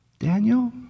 Daniel